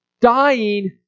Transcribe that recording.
dying